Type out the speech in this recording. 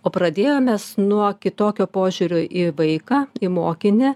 o pradėjom mes nuo kitokio požiūrio į vaiką į mokinį